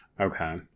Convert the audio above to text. Okay